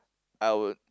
I would